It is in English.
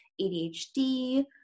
ADHD